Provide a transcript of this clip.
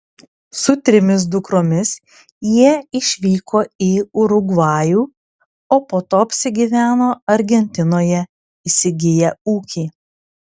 su trimis dukromis jie išvyko į urugvajų o po to apsigyveno argentinoje įsigiję ūkį